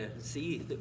see